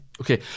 okay